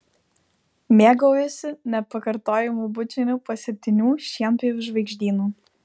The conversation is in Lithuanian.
mėgaujuosi nepakartojamu bučiniu po septynių šienpjovių žvaigždynu